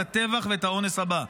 את הטבח ואת האונס הבא.